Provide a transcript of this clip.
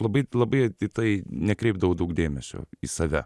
labai labai apie tai nekreipdavau daug dėmesio į save